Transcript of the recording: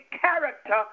character